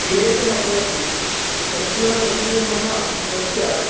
क्लेशः भवति सम्पूर्णसमूहः तस्य